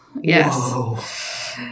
Yes